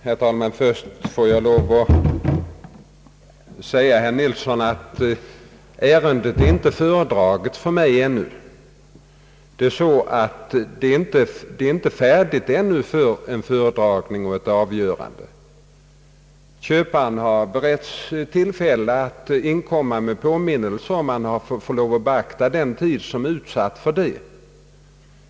Herr talman! Först vill jag säga till herr Nilsson, att ärendet ännu inte har föredragits för mig; det är inte färdigt för en föredragning och ett avgörande. Köparen har beretts tillfälle att inkomma med påminnelser, och man får lov att beakta den för påminnelserna utsatta tiden.